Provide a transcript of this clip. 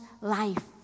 life